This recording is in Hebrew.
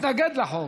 מתנגד לחוק